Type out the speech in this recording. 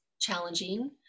challenging